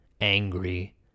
angry